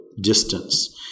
distance